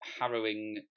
harrowing